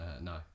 no